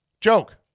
Joke